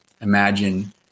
imagine